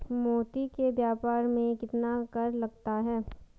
मोती के व्यापार में कितना कर लगता होगा?